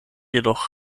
jedoch